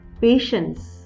patience